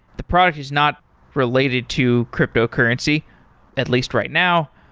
the product is not related to cryptocurrency at least right now,